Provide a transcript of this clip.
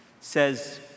says